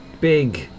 big